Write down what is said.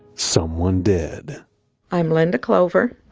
someone did i'm linda clover.